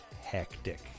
Hectic